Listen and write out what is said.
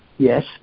Yes